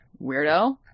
Weirdo